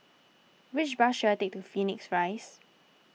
which bus should I take to Phoenix Rise